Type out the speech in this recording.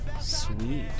Sweet